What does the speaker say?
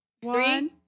One